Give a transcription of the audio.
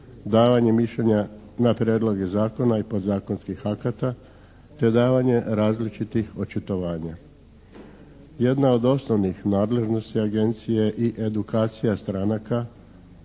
davanje mišljenja na prijedloge zakona i podzakonskih akata, te davanje različitih očitovanja. Jedna od osnovnih nadležnosti Agencije i edukacija stranaka